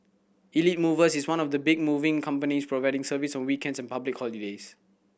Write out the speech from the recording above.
Elite Movers is one of the big moving companies providing service on weekends and public holidays